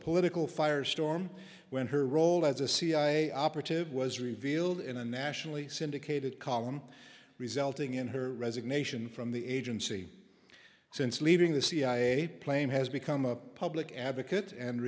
political firestorm when her role as a cia operative was revealed in a nationally syndicated column resulting in her resignation from the agency since leaving the cia plame has become a public advocate and